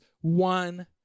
one